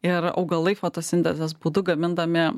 ir augalai fotosintezės būdu gamindami